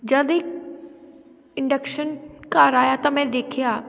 ਜਦ ਇਹ ਇੰਡਕਸ਼ਨ ਘਰ ਆਇਆ ਤਾਂ ਮੈਂ ਦੇਖਿਆ